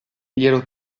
glielo